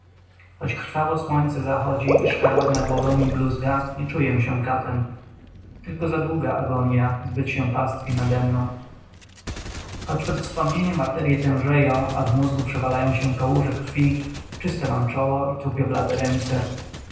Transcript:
choć krwawo słońce zachodzi i szkarłat na głowę mi bluzga nie czuję się katem tylko za długa agonia zbyt się pastwi nademną choć pod wspomnieniem arterye tężeją a w mózgu przewalają się kałuże krwi czyste mam czoło i trupio blade ręce